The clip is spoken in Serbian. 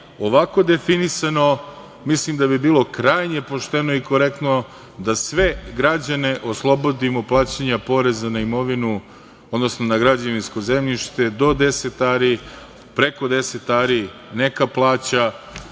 ovako definisano, mislim da bi bilo krajnje pošteno i korektno da sve građane oslobodimo plaćanja poreza na imovinu, odnosno na građevinsko zemljište do 10 ari, a preko 10 ari neka plaća,